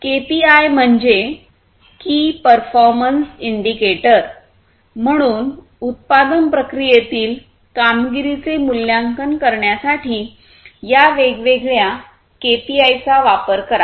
KPI म्हणजे की performance indicator म्हणून उत्पादन प्रक्रियेतील कामगिरीचे मूल्यांकन करण्यासाठी या वेगवेगळ्या केपीआयचा वापर करा